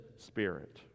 spirit